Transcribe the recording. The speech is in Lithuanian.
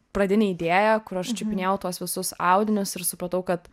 pradinę idėją kur aš čiupinėjau tuos visus audinius ir supratau kad